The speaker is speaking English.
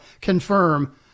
confirm